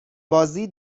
بازی